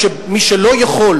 מי שלא יכול,